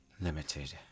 limited